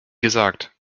gesagt